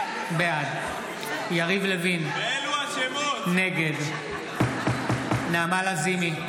בעד יריב לוין, נגד נעמה לזימי,